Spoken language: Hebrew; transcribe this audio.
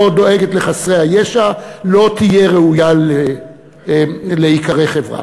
דואגת לחסרי הישע לא תהיה ראויה להיקרא חברה.